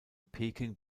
peking